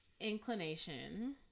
inclination